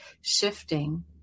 shifting